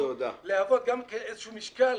להוות איזשהו משקל